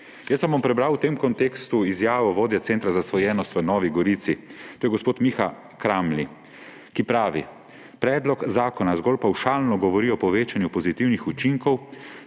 Jaz vam bom prebral v tem kontekstu izjavo vodje centra za zasvojenost v Novi Gorici. To je gospod Miha Kramli, ki pravi: »Predlog zakona zgolj pavšalno govori o povečanju pozitivnih učinkov,